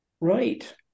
Right